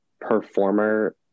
performer